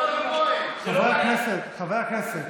חברי הכנסת,